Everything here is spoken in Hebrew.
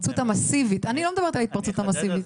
אני לא מדברת על ההתפרצות המסיבית.